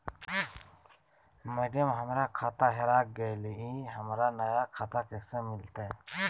madam, हमर खाता हेरा गेलई, हमरा नया खाता कैसे मिलते